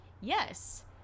yes